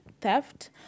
theft